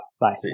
Bye